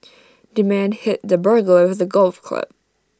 the man hit the burglar with A golf club